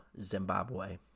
Zimbabwe